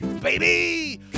baby